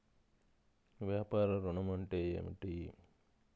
వ్యాపార ఋణం అంటే ఏమిటి?